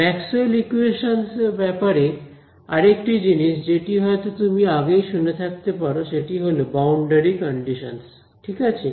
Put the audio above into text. Maxwell's equations Maxwell's equations এর ব্যাপারে আরেকটি জিনিস যেটি হয়তো তুমি আগেই শুনে থাকতে পারো সেটি হল বাউন্ডারি কন্ডিশনস ঠিক আছে